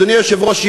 אדוני היושב-ראש,